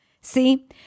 See